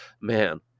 man